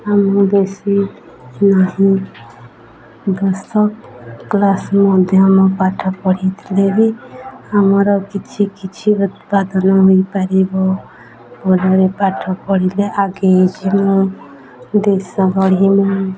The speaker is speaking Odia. ଆମଁ ବେଶୀ ନାହିଁ ଦଶ କ୍ଲାସ୍ ମଧ୍ୟ ମୁଁ ପାଠ ପଢ଼ିଥିଲେ ବି ଆମର କିଛି କିଛି ଉତ୍ପାଦନ ହୋଇପାରିବ ଭଲରେ ପାଠ ପଢ଼ିଲେ ଆଗେଇ ଯିମୁଁ ଦେଶ ବଢ଼ି ମୁଁ